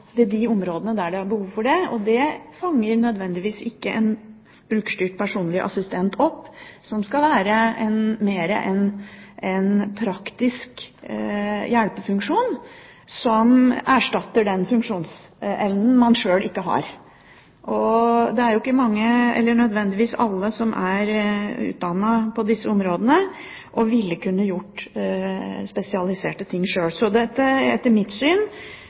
bistand på de områdene der det er behov for det, og det fanger nødvendigvis ikke en brukerstyrt personlig assistent opp, som mer skal ha en praktisk hjelpefunksjon som erstatter den funksjonsevnen man sjøl ikke har. Det er jo nødvendigvis ikke alle som er utdannet på disse områdene, og som vil kunne gjøre spesialiserte ting sjøl. Her må man, etter mitt syn,